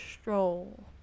Stroll